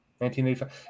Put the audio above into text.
1985